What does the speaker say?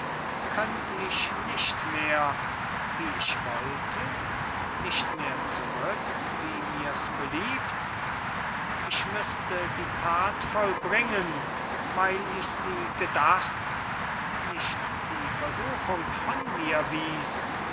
könnt ich nicht mehr wie ich wollte nicht mehr zurück wie mirs beliebt ich müßte die tat vollbringen weil ich sie gedacht nicht die versuchung von mir wies